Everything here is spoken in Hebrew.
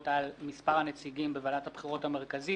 על מספר הנציגים בוועדת הבחירות המרכזית.